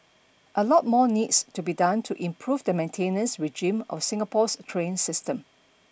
a lot more needs to be done to improve the maintenance regime of Singapore's train system